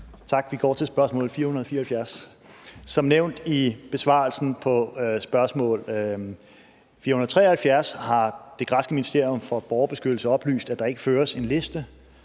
Tak. Vi går over til spørgsmål 474. Som nævnt i besvarelsen på spørgsmål 473 har det græske ministerium for borgerbeskyttelse oplyst, at der ikke føres en liste